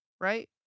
right